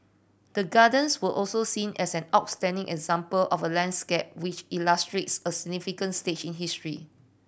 the Gardens were also seen as an outstanding example of a landscape which illustrates a significant stage in history